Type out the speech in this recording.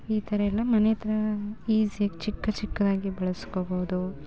ಈ ಥರ ಎಲ್ಲ ಮನೆ ಥರ ಈಝಿಯಾಗಿ ಚಿಕ್ಕ ಚಿಕ್ಕದಾಗಿ ಬೆಳೆಸ್ಕೊಳ್ಬೋದು